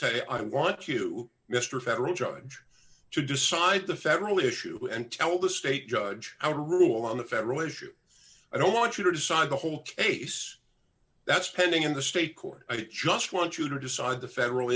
say i want you mr federal judge to decide the federal issue and tell the state judge i will rule on the federal issue i don't want you to decide the whole case that's pending in the state court i just want you to decide the federal